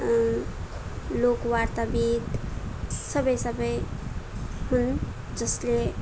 लोकवार्ताविद सबै सबै हुन् जसले